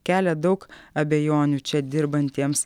kelia daug abejonių čia dirbantiems